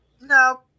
No